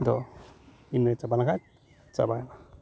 ᱫᱚ ᱤᱱᱟᱹ ᱪᱟᱵᱟ ᱞᱮᱱ ᱠᱷᱟᱱ ᱪᱟᱵᱟᱭᱮᱱᱟ